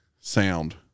sound